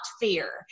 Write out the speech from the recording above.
fear